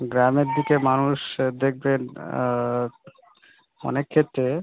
গ্রামের দিকে মানুষ দেখবেন অনেক ক্ষেত্রে